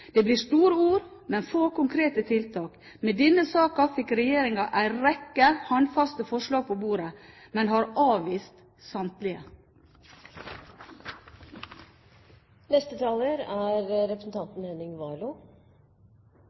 Det blir store ord, men få konkrete tiltak. Med denne saken fikk regjeringen en rekke håndfaste forslag på bordet, men har avvist samtlige.